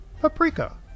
paprika